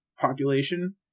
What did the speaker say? population